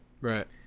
Right